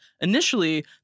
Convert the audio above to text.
Initially